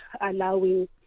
allowing